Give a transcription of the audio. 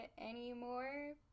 anymore